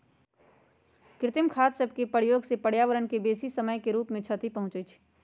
कृत्रिम खाद सभके प्रयोग से पर्यावरण के बेशी समय के रूप से क्षति पहुंचइ छइ